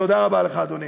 תודה רבה לך, אדוני.